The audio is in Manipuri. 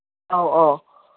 ꯑꯧ ꯑꯧ